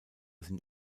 sind